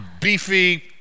beefy